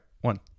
one